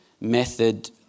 method